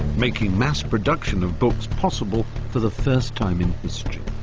making mass production of books possible for the first time in history.